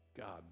God